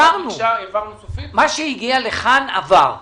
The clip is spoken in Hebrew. מה שהגיע לכאן, עבר.